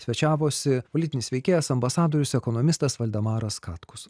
svečiavosi politinis veikėjas ambasadorius ekonomistas valdemaras katkus